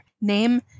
name